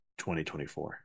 2024